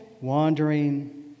wandering